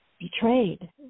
betrayed